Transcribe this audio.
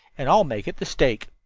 and i'll make it the stake.